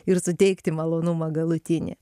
ir suteikti malonumą galutinį